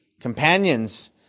companions